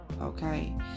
okay